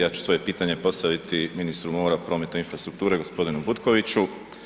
Ja ću svoje pitanje postaviti ministru mora, prometa i infrastrukture, g. Butkoviću.